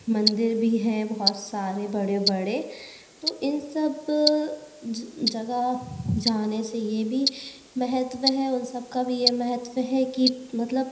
मंदिर भी हैं बहुत सारे बड़े बड़े तो इन सब जगह जाने से ये भी महत्व है उन सब का भी ये महत्व है कि मतलब